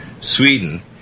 Sweden